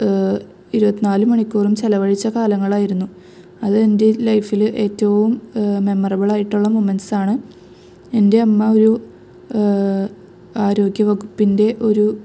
ഇരൂപത്തിനാല് മണിക്കൂറും ചിലവഴിച്ചകാലങ്ങളായിരുന്നു അത് എൻ്റെ ലൈഫിൽ ഏറ്റവും മെമ്മറബിളായിട്ടൊള്ള മോമൻറ്റ്സ്സാണ് എൻ്റെ അമ്മ ഒരു ആരോഗ്യവകുപ്പിൻ്റെ ഒരു